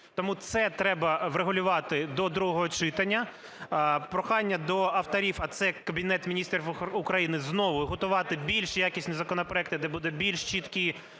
Тому це треба врегулювати до другого читання. Прохання до авторів, а це Кабінет Міністрів України, знову готувати більш якісні законопроекти, де будуть більш чіткі